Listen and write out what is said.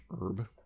herb